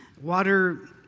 Water